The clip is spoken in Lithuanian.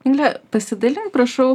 migle pasidalink prašau